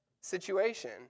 situation